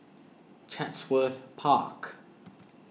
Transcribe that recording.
Chatsworth Park